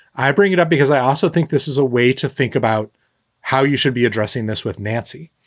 i bring it up because i also think this is a way to think about how you should be addressing this with nancy,